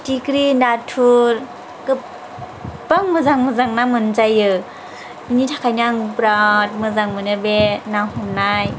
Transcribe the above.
फिथिख्रि नाथुर गोबां मोजां मोजां ना मोनजायो बिनि थाखायनो आं बिराद मोजां मोनो बे ना हमनाय